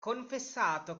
confessato